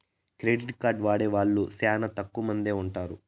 credit card వాడే వాళ్ళు శ్యానా తక్కువ మందే ఉంటారు